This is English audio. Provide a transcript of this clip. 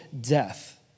death